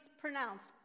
pronounced